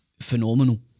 phenomenal